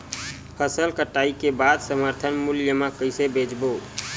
फसल कटाई के बाद समर्थन मूल्य मा कइसे बेचबो?